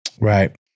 right